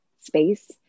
space